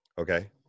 Okay